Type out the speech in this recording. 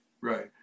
right